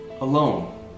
alone